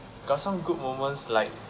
got some good moments like